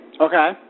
Okay